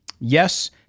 Yes